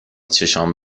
چشام